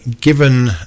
given